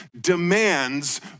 demands